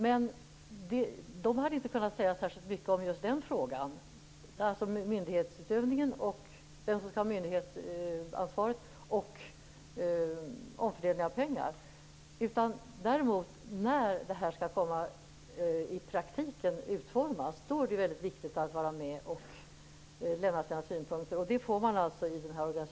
Men de hade inte kunnat säga särskilt mycket om vem som skall ha myndighetsansvaret och om omfördelningen av pengar. Däremot är det mycket viktigt att vara med och lämna sina synpunkter när det här skall utformas i praktiken.